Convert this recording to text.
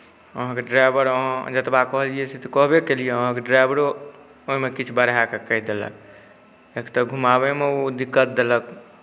अहाँके ड्राइवर अहाँ जतबा कहलियै से तऽ कहबे केलियै अहाँके ड्राइवरो ओहिमे किछु बढ़ा कए कहि देलक एक तऽ घुमाबयमे ओ दिक्क्त देलक